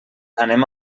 anem